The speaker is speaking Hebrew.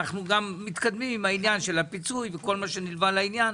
אנחנו גם מתקדמים עם העניין של הפיצוי וכל מה שנלווה לעניין.